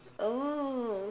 oh